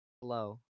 hello